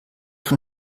von